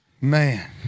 Man